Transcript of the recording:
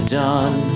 done